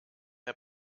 der